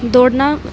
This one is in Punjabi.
ਦੌੜਨਾ